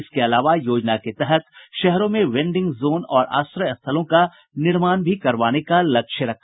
इसके अलावा योजना के तहत शहरों में वेंडिंग जोन और आश्रय स्थलों का निर्माण भी करवाया जायेगा